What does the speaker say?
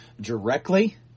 directly